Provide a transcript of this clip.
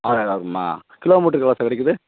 ஆறாயிரம் ரூபா ஆகுமா கிலோமீட்ருக்கு எவ்வளோ சார் கிடைக்கிது